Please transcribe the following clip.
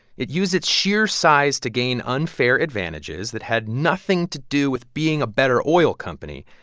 it used its sheer size to gain unfair advantages that had nothing to do with being a better oil company.